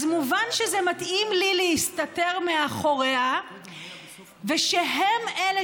אז מובן שזה מתאים לי להסתתר מאחוריה ושהם אלה